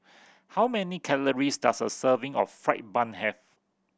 how many calories does a serving of fried bun have